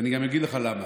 ואני גם אגיד לך למה.